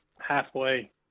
halfway